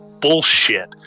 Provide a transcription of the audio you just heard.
bullshit